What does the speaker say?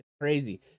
Crazy